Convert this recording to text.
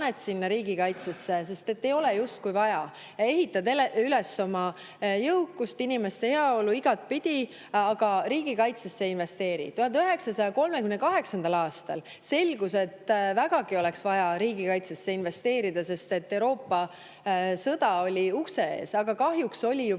riigikaitsesse, kui seda ei ole justkui vaja. Ehitad üles oma jõukust, inimeste heaolu igatpidi, aga riigikaitsesse ei investeeri. 1938. aastal selgus, et vägagi oleks vaja riigikaitsesse investeerida, sest sõda Euroopas oli ukse ees. Aga kahjuks oli juba